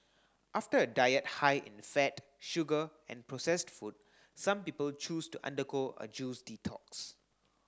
after a diet high in fat sugar and processed food some people choose to undergo a juice detox